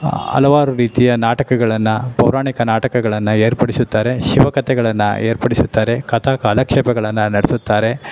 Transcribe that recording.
ಹಲವಾರು ರೀತಿಯ ನಾಟಕಗಳನ್ನು ಪೌರಾಣಿಕ ನಾಟಕಗಳನ್ನು ಏರ್ಪಡಿಸುತ್ತಾರೆ ಶಿವ ಕಥೆಗಳನ್ನು ಏರ್ಪಡಿಸುತ್ತಾರೆ ಕಥಾ ಕಾಲಕ್ಷೇಪಗಳನ್ನ ನಡೆಸುತ್ತಾರೆ